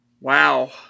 Wow